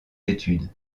études